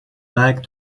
like